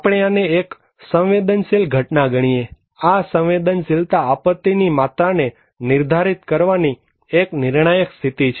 આપણે આને એક સંવેદનશીલ ઘટના ગણીએ આ સંવેદનશીલતા આપત્તિ ની માત્રાને નિર્ધારિત કરવાની એક નિર્ણાયક સ્થિતિ છે